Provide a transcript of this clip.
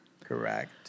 Correct